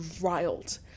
riled